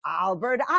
albert